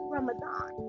Ramadan